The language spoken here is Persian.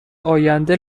آینده